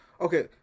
Okay